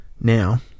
Now